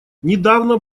недавно